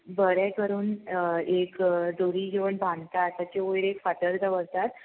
बरें करून एक दोरी जेवण बांदता ताचे वयर एक फातर दवरतात